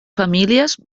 famílies